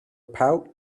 pouch